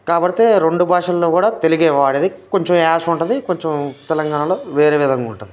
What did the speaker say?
కాబట్టే రెండు భాషల్లో కూడా తెలుగే వాడేది కొంచెం యాస ఉంటుంది కొంచెం తెలంగాణలో వేరే విధంగా ఉంటుంది